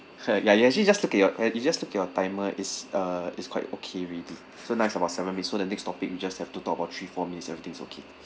ya you actually just look at your y~ you just look at your timer is uh is quite okay already so now is about seven minutes so the next topic you just have to talk about three four minutes everything's okay